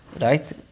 right